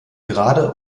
gerade